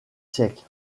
siècles